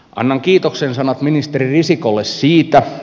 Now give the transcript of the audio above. annan kiitoksen sanat ministeri risikolle siitä